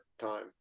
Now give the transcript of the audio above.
time